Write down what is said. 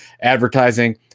advertising